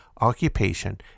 occupation